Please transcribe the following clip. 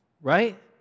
Right